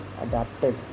adapted